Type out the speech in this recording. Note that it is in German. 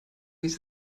nicht